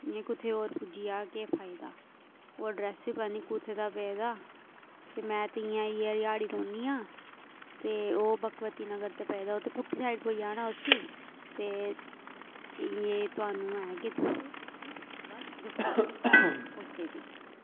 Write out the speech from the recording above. इयां कुत्थें होर पुज्जी जाह्ग केह् फायदा ओह् अड्रैस ई पता नी कुत्थुं दा पेदा ते में इ'यां रिहाड़ी रौह्न्नी आं ते ओह् भगवती नगर दा पाए दा ओह् ते पुट्ठी साइड होई जाना उसी ते इ'यै तुआनू ऐ कि तुस उसी इक बार दस्सी उड़ेओ ओके जी